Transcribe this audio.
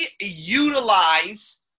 utilize